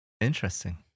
Interesting